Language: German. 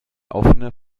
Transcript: offene